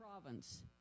province